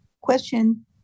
question